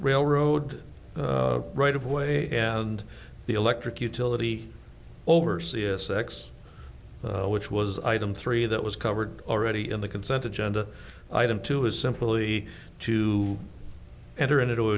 railroad right of way and the electric utility oversee a six which was item three that was covered already in the consent agenda item two is simply to enter